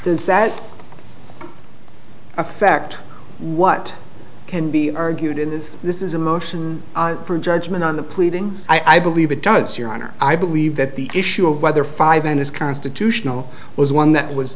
does that affect what can be argued in this this is a motion for judgment on the pleadings i believe it does your honor i believe that the issue of whether five n is constitutional was one that was